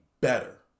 better